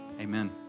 Amen